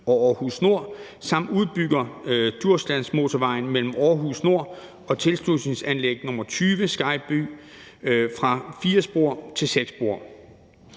og Aarhus Nord samt udbygger Djurslandsmotorvejen mellem Aarhus Nord og tilslutningsanlæg nr. 20 Skejby fra 4 spor til 6 spor,